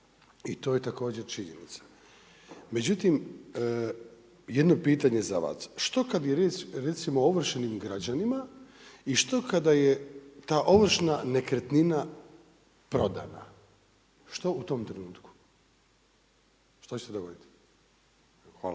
i to je također činjenica. Međutim, jedno pitanje za vas. Što kad je riječ o recimo ovršenim građanima, i što kada je ta ovršna nekretnina prodana? Što u tom trenutku, što će se dogoditi? Hvala.